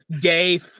gay